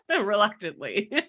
Reluctantly